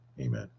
Amen